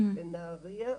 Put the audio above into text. לנהריה,